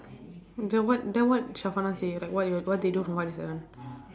then what then what say like what you all what they do from five to seven